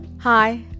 Hi